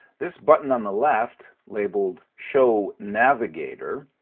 this button on the left labeled show navigator